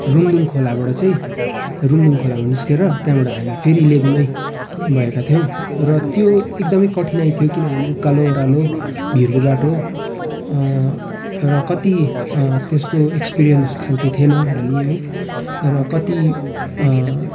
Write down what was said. रूमदुङ खोलाबाट चाहिँ रूमदुङ खोलामा निस्केर त्यहाँबाट हामी फेरि लेबोङ नै भएका थियौँ र त्यो एकदमै कठिनाइ थियो किनभने उकालो ओह्रालो भिरको बाटो अँ र कति अँ त्यस्तो एक्सपिरियन्स खालके थिएन हामी है र कति अँ